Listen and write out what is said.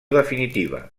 definitiva